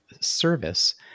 service